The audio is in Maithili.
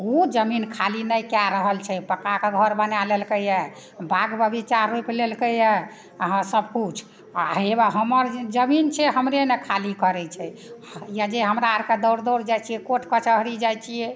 कोनो जमीन खाली नहि कए रहल छै पक्काके घर बना लेलकैया बाग़ बगीचा रोपि लेलकैया अहाँ सबकिछु आहिरेबा हमर जमीन छियै हमरे नहि खाली करै छै यदि हमरा आरके दौड़ दौड़ जाइ छियै कोट कचहरी जाइ छियै